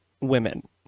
women